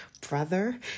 Brother